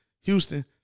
Houston